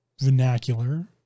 vernacular